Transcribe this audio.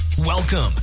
Welcome